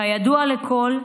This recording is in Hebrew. כידוע לכול,